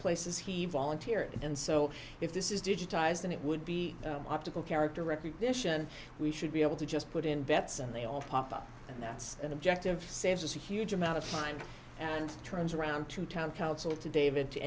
places he volunteered and so if this is digitized than it would be optical character recognition we should be able to just put in betts and they all pop up and that's an objective saves us a huge amount of time and turns around to town council to david to